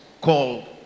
called